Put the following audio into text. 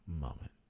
moment